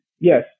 yes